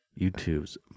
youtube's